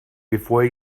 before